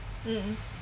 mm